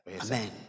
Amen